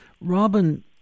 Robin